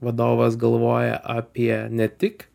vadovas galvoja apie ne tik